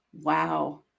Wow